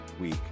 week